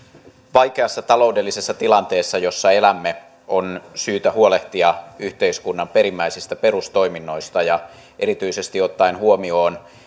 vaikeassa taloudellisessa tilanteessa jossa elämme on syytä huolehtia yhteiskunnan perimmäisistä perustoiminnoista erityisesti ottaen huomioon